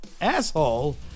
asshole